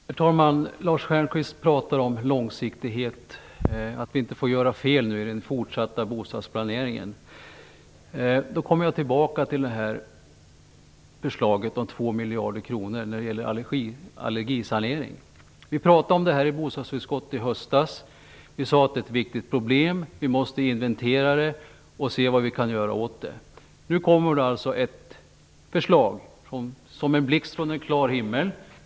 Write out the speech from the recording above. Herr talman! Lars Stjernkvist pratar om långsiktighet, att vi inte får göra fel i den fortsatta bostadsplaneringen. Då kommer jag tillbaka till förslaget om att avsätta 2 miljarder kronor till allergisanering. Vi pratade om detta i bostadsutskottet i höstas. Vi sade att det är ett viktigt problem. Vi måste inventera det och se vad vi kan göra åt det. Nu kommer ett förslag som en blixt från en klar himmel.